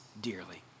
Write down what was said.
dearly